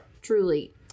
truly